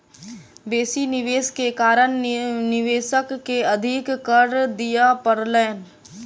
बेसी निवेश के कारण निवेशक के अधिक कर दिअ पड़लैन